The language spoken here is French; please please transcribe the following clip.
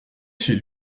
chez